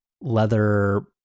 leather